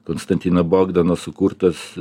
konstantino bogdano sukurtas